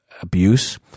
abuse